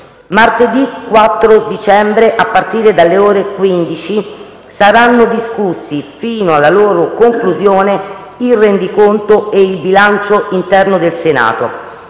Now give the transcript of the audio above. Martedì 4 dicembre, a partire dalle ore 15, saranno discussi, fino alla loro conclusione, il rendiconto e il bilancio interno del Senato.